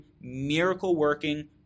miracle-working